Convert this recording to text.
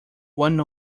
one